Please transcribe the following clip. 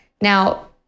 Now